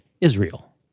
Israel